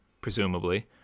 presumably